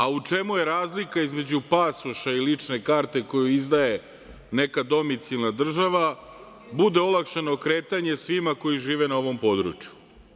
A u čemu je razlika između pasoša i lične karte koju izdaje neka domicijalna država, bude olakšano kretanje svima koji žive na ovom području.